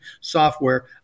software